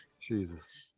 jesus